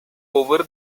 over